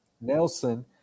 Nelson